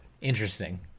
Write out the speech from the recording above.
Interesting